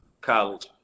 college